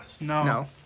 no